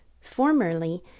formerly